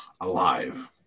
Alive